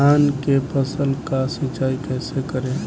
धान के फसल का सिंचाई कैसे करे?